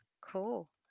Cool